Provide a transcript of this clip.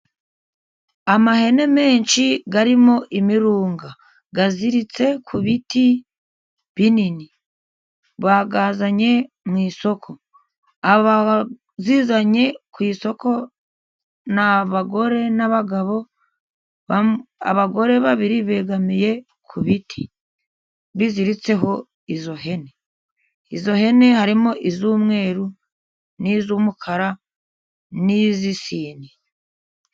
Amahene menshi arimo imirunga. Aziritse ku biti binini bayazanye mu isoko . Ababa bazizanye ku isoko ni abagore n'abagabo. Abagore babiri begamiye ku biti biziritseho izo hene. Izo hene harimo iz'umweru, n'iz'umukara, n'iz'isine.